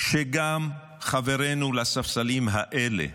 שגם חברינו לספסלים האלה,